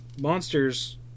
monsters